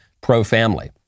pro-family